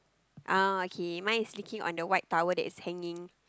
ah okay mine is licking on the white towel that is hanging